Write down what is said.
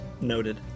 Noted